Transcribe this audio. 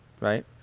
right